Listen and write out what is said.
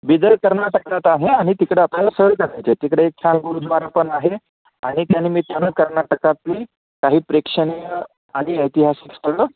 बिदर कर्नाटकात आहे आणि तिकडं आपल्याला सहल कढायची आहे तिकडे एक छान गुरुद्वारा पण आहे आणि त्यानिमित्तानं कर्नाटकातली काही प्रेक्षणीय आणि ऐतिहासिक स्थळं